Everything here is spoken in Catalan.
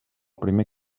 primer